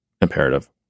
imperative